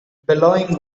billowing